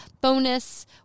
bonus